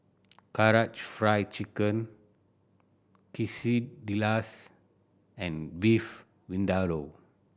Karaage Fried Chicken Quesadillas and Beef Vindaloo